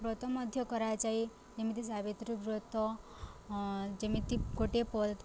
ବ୍ରତ ମଧ୍ୟ କରାଯାଏ ଯେମିତି ସାବିତ୍ରୀ ବ୍ରତ ଯେମିତି ଗୋଟେ ପଲ